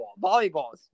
Volleyballs